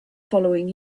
following